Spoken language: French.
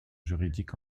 juridique